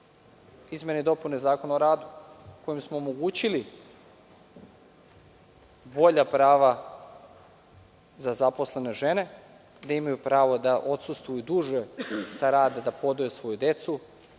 izmene i dopune Zakona o radu kojim smo omogućili bolja prava za zaposlene žene, gde imaju pravo da odsustvuju duže sa rada, da podoje svoju decu,